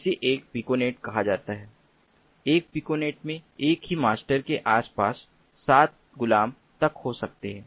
इसे एक पिकोनेट कहा जाता है एक पिकोनेट में एक ही मास्टर के आसपास 7 गुलाम तक हो सकते हैं